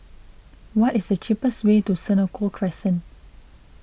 what is the cheapest way to Senoko Crescent